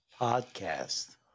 podcast